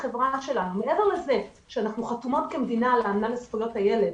מעבר לזה שאנחנו חתומות כמדינה על האמנה לזכויות הילד